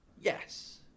Yes